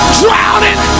drowning